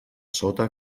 sota